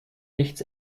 nichts